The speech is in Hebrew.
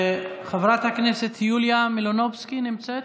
חברת הכנסת יוליה מלינובסקי נמצאת?